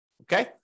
Okay